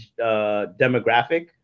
demographic